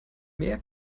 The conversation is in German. mehr